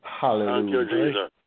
Hallelujah